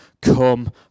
come